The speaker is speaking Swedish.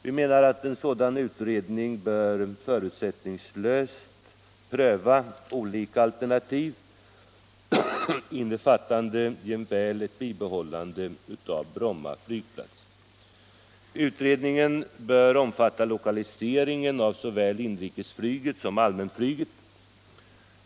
Vi menar att en sådan utredning förutsättningslöst bör pröva olika alternativ, innefattande jämväl ett bibehållande av Bromma flygplats. Utredningen bör omfatta lokaliseringen av såväl inrikesflyget som allmänflyget.